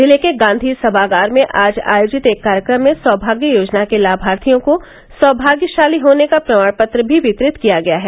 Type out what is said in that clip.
जिले के गांधी समागार में आज आयोजित एक कार्यक्रम में सौमाग्य योजना के लामार्थियों को सौमाग्यशाली होने का प्रमाण पत्र भी वितरित किया गया है